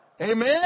Amen